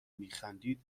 میخندید